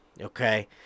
Okay